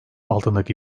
altındaki